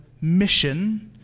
mission